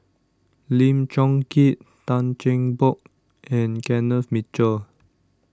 Lim Chong Keat Tan Cheng Bock and Kenneth Mitchell